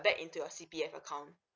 back into your C_P_F account